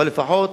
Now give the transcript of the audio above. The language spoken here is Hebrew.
אבל לפחות